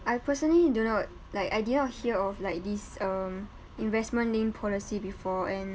I personally do not like I did not hear of like this um investment linked policy before and